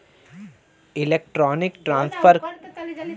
electronic transfer के कारण आदमी के कहीं जाये के ना पड़ेला